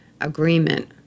agreement